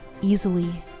easily